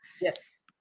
Yes